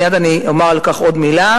מייד אני אומר על כך עוד מלה,